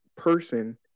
person